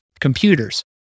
computers